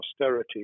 austerity